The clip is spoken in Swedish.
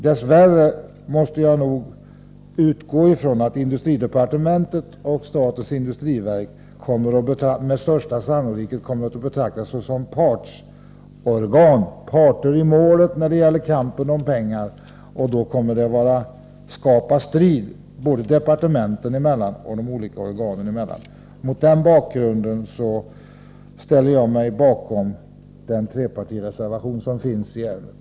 Dess värre måste jag nog utgå från att industridepartementet och statens industriverk med största sannolikhet kommer att betrakta sig som parter i målet när det gäller kampen om pengarna, och detta kommer att skapa strid, både departementen emellan och de olika organen emellan. Mot den bakgrunden ställer jag mig bakom den trepartireservation som finns i ärendet.